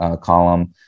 column